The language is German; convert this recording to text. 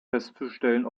festzustellen